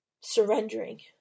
surrendering